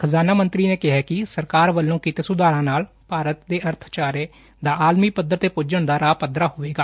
ਖ਼ਜ਼ਾਨਾ ਮੰਤਰੀ ਨੇਂ ਕਿਹਾ ਕਿ ਸਰਕਾਰ ਵੱਲੋ ਕੀਤੇ ਸੁਧਾਰਾਂ ਨਾਲ ਭਾਰਤ ਦੇ ਅਰਥਚਾਰੇ ਦਾ ਆਲਮੀ ਪੱਧਰ ਤੇ ਪੁੱਜਣ ਦਾ ਰਾਹ ਪੱਧਰਾ ਹੋਵੇਗਾ